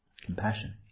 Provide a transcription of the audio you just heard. compassion